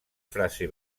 frase